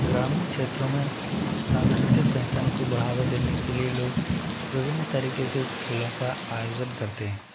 ग्रामीण क्षेत्रों में सांस्कृतिक पेहचान को बढ़ावा देने के लिए लोग विभिन्न तरीक़े के खेलों का आयोजन करते हैं